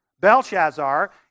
Belshazzar